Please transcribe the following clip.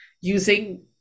using